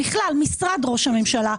בכלל משרד ראש הממשלה,